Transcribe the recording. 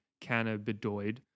cannabidoid